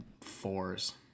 fours